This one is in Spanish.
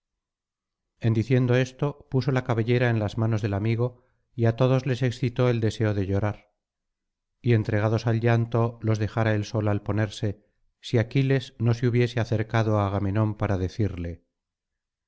en diciendo esto puso la cabellera en las manos del amigo y a todos les excitó el deseo de llorar y entregados al llanto los dejara el sol al ponerse si aquiles no se hubiese acercado á agamenón para decirle